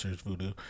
Voodoo